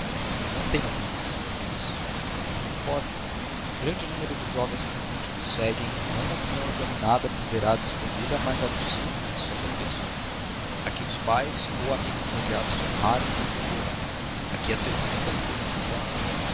não tem opiniões feitas que importa grande número de jovens políticos seguem não uma opinião examinada ponderada e escolhida mas a do círculo de suas afeições a que os pais ou amigos imediatos honraram e defenderam a que as circunstâncias lhe impõem